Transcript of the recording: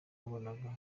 babonaga